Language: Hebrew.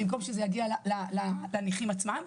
ושזה יגיע לנכים עצמם.